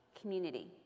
community